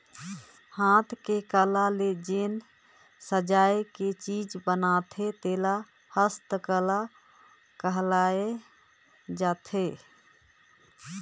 हाथ के कला ले जेन सजाए के चीज बनथे तेला हस्तकला कहल जाथे